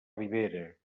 ribera